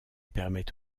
permet